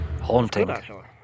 Haunting